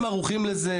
הם ערוכים לזה,